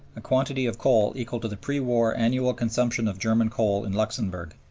a quantity of coal equal to the pre-war annual consumption of german coal in luxemburg.